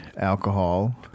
alcohol